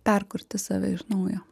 perkurti save iš naujo